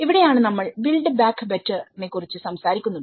ഇവിടെയാണ് നമ്മൾ build back better നെ കുറിച്ച് സംസാരിക്കുന്നത്